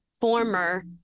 Former-